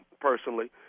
personally